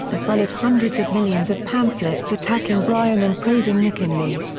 as well as hundreds of millions of pamphlets attacking bryan and praising mckinley.